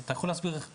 אתה יכול להסביר מה הם